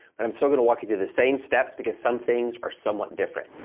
but i'm still going to walk you through the same steps because some things are somewhat different.